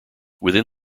within